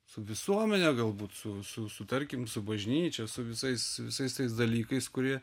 su visuomene galbūt su su su tarkim su bažnyčia su visais visais tais dalykais kurie